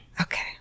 Okay